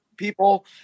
people